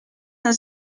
han